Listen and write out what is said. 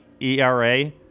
ERA